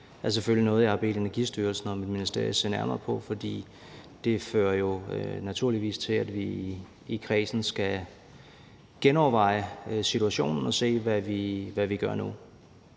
godt ved, er noget, jeg har bedt Energistyrelsen og mit ministerie se nærmere på. For det fører jo naturligvis til, at vi i kredsen skal genoverveje situationen og se, hvad vi gør nu.